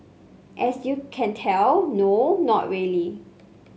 as you can tell no not really